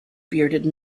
bearded